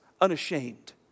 unashamed